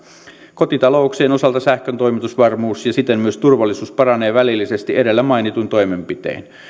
kotitalouksien osalta sähkön toimitusvarmuus ja siten myös turvallisuus paranee välillisesti edellä mainituin toimenpitein